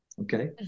Okay